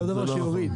זה לא מה שמוריד.